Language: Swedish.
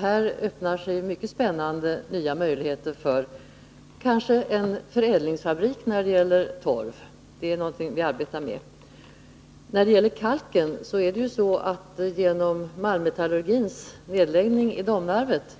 Här öppnar sig mycket spännande nya möjligheter för kanske en förädlingsfabrik när det gäller torv. Det är någonting som vi arbetar med. Genom nedläggningen av malmmetallurgin i Domnarvet